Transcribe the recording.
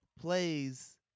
plays